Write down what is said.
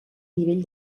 nivell